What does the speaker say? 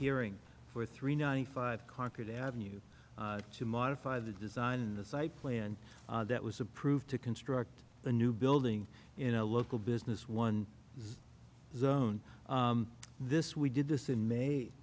hearing for three ninety five conquered avenues to modify the design the site plan that was approved to construct the new building in a local business one zone this we did this in may